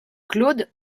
claude